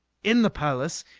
in the palace,